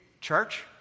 Church